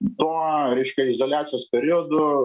tuo reiškia izoliacijos periodu